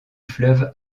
fleuve